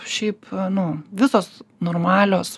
šiaip nu visos normalios